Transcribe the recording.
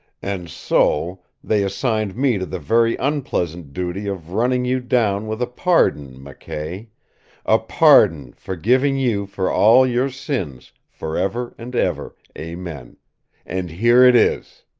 and so they assigned me to the very unpleasant duty of running you down with a pardon, mckay a pardon forgiving you for all your sins, forever and ever, amen. and here it is!